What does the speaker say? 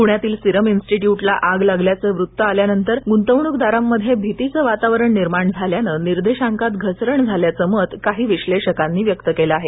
पुण्यातील सीरम इन्स्टिट्यूटला आग लागल्याचं वृत्त आल्यानंतर गुंतवणूकदारांमध्ये भीतीचं वातावरण निर्माण झाल्यानं निर्देशांकात घसरण झाल्याचं मत काही विश्लेषकांनी व्यक्त केलं आहे